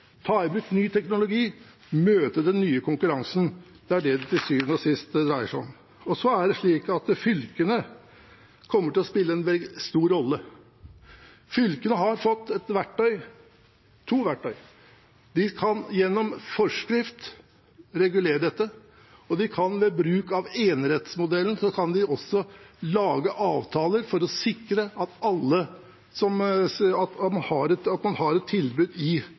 ta i bruk ny teknologi og møte den nye konkurransen. Det er det det til syvende og sist dreier seg om. Fylkene kommer til å spille en stor rolle. Fylkene har fått to verktøy. De kan gjennom forskrift regulere dette, og de kan ved bruk av enerettsmodellen også lage avtaler for å sikre at man har et tilbud i sin egen kommune eller sitt eget område. Dette er viktig, og vi må se